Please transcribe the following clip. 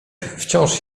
wciąż